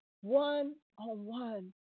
one-on-one